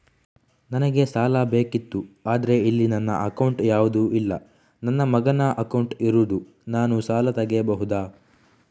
ನನಗೆ ಸಾಲ ಬೇಕಿತ್ತು ಆದ್ರೆ ಇಲ್ಲಿ ನನ್ನ ಅಕೌಂಟ್ ಯಾವುದು ಇಲ್ಲ, ನನ್ನ ಮಗನ ಅಕೌಂಟ್ ಇರುದು, ನಾನು ಸಾಲ ತೆಗಿಬಹುದಾ?